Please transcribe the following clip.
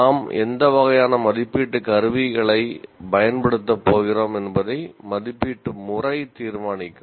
நாம் எந்த வகையான மதிப்பீட்டு கருவிகளைப் பயன்படுத்தப் போகிறோம் என்பதை மதிப்பீட்டு முறை தீர்மானிக்கும்